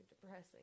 depressing